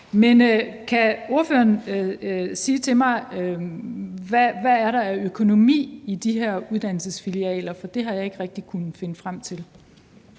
men kan ordføreren sige mig, hvad der er af økonomi i de her uddannelsesfilialer, for det har jeg ikke rigtig kunnet finde frem til?